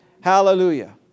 Hallelujah